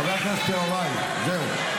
חבר הכנסת יוראי, זהו.